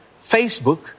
Facebook